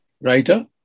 Writer